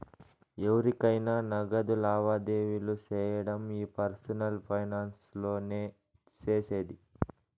ఎవురికైనా నగదు లావాదేవీలు సేయడం ఈ పర్సనల్ ఫైనాన్స్ లోనే సేసేది